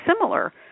similar